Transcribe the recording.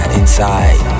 inside